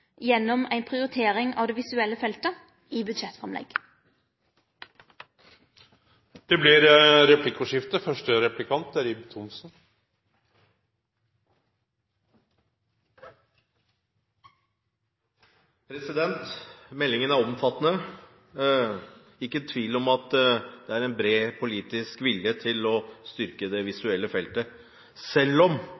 gjennom ei prioritering av det visuelle feltet i budsjettframlegg. Det blir replikkordskifte. Meldingen er omfattende. Det er ikke tvil om at det er en bred politisk vilje til å styrke det